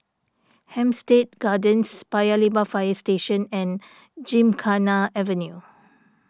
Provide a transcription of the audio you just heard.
Hampstead Gardens Paya Lebar Fire Station and Gymkhana Avenue